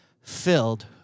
filled